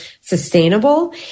sustainable